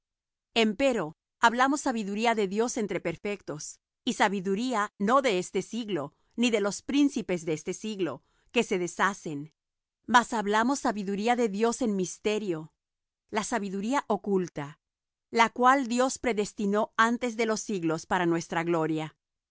dios empero hablamos sabiduría de dios entre perfectos y sabiduría no de este siglo ni de los príncipes de este siglo que se deshacen mas hablamos sabiduría de dios en misterio la sabiduría oculta la cual dios predestinó antes de los siglos para nuestra gloria